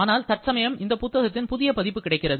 ஆனால் தற்சமயம் இந்த புத்தகத்தின் புதிய பதிப்பு கிடைக்கிறது